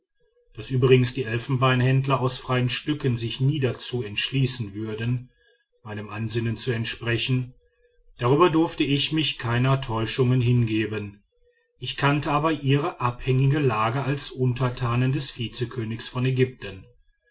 daß übrigens die elfenbeinhändler aus freien stücken sich nie dazu entschließen würden meinem ansinnen zu entsprechen darüber durfte ich mich keiner täuschungen hingeben ich kannte aber ihre abhängige lage als untertanen des vizekönigs von ägypten